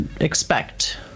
expect